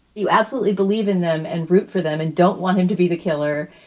you absolutely believe in them and root for them and don't want them to be the killer.